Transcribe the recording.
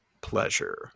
pleasure